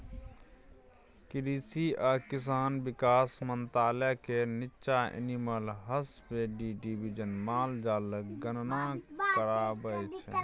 कृषि आ किसान बिकास मंत्रालय केर नीच्चाँ एनिमल हसबेंड्री डिबीजन माल जालक गणना कराबै छै